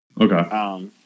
Okay